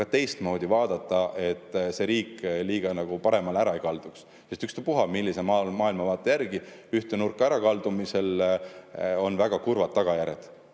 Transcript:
teist[pidi] vaadata, et see riik liiga paremale ära ei kalduks. Ükspuha, millise maailmavaate järgi ühte nurka ära kaldumisel on väga kurvad tagajärjed